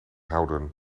houden